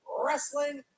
wrestling